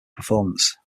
performance